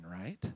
right